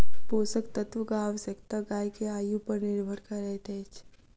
पोषक तत्वक आवश्यकता गाय के आयु पर निर्भर करैत अछि